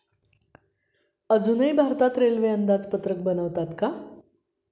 अजूनही भारतात रेल्वे अंदाजपत्रक बनवतात का?